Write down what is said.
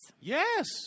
Yes